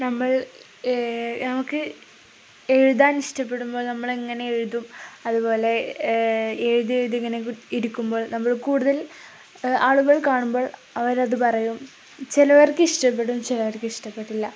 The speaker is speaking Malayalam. നമ്മൾ നമുക്ക് എഴുതാൻ ഇഷ്ടപ്പെടുമ്പോൾ നമ്മളങ്ങനെ എഴുതും അതുപോലെ എഴുതി എഴുതിയിങ്ങനെ ഇരിക്കുമ്പോൾ നമ്മൾ കൂടുതൽ ആളുകൾ കാണുമ്പോൾ അവരതു പറയും ചിലവർക്ക് ഇഷ്ടപ്പെടും ചിലവർക്ക് ഇഷ്ടപ്പെടില്ല